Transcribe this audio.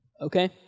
Okay